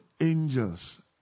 angels